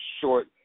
short